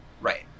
Right